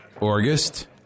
August